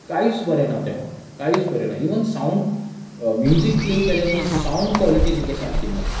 कांयच बरें ना त्या फोनान कांयच बरें ना इवन सावंड म्युजिक प्ले केलें न्ही सावंड क्वोलिटी सारकी ना